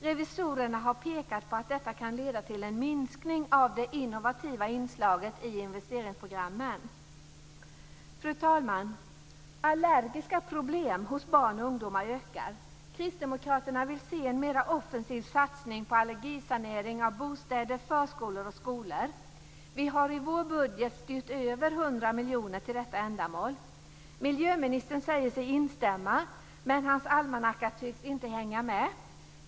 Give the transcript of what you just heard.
Revisorerna har pekat på att detta kan leda till en minskning av det innovativa inslaget i investeringsprogrammen. Fru talman! Allergiska problem hos barn och ungdomar ökar. Kristdemokraterna vill se en mera offensiv satsning på allergisanering av bostäder, förskolor och skolor. Vi har i vår budget styrt över 100 miljoner till detta ändamål. Miljöministern säger sig instämma, men hans almanacka tycks inte hänga med.